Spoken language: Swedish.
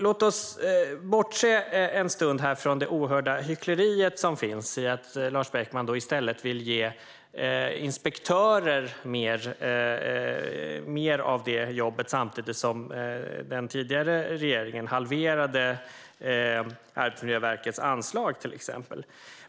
Låt oss bortse en stund från det oerhörda hyckleriet i att Lars Beckman i stället vill ge inspektörer mer av det jobbet, samtidigt som den tidigare regeringen halverade Arbetsmiljöverkets anslag, till exempel.